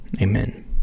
amen